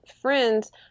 friends